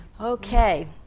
Okay